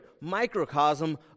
microcosm